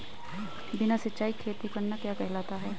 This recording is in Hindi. बिना सिंचाई खेती करना क्या कहलाता है?